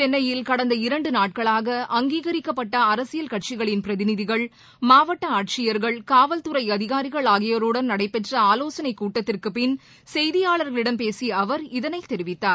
சென்னையில் கடந்த இரண்டு நாட்களாக அங்கீகரிக்கப்பட்ட அரசியல் கட்சிகளின் பிரதிநிதிகள் மாவட்ட ஆட்சியர்கள் காவல்துறை அதிகாரிகள் ஆகியோருடன் நடைபெற்ற ஆலோசனைக் கூட்டத்திற்குப் பின் செய்தியாளர்களிடம் பேசிய அவர் இதனைத் தெரிவித்தார்